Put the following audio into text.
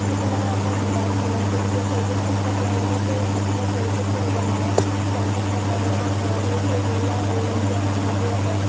কিছুমানে আকৌ মোবাইল কিনে গতিকে সেইবোৰ ক্ষেত্ৰত তেওঁলোকে সেই ঋণসমূহ পৰিশোধ কৰিব নোৱাৰে যাৰ ক্ষেত্ৰত তেওঁলোকৰ ঘৰলৈ সেই ঋণৰ ঋণ দিয়া মানুহবোৰ আহে